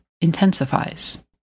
intensifies